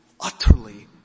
utterly